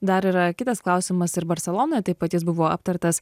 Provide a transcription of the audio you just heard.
dar yra kitas klausimas ir barselonoje taip pat jis buvo aptartas